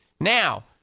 Now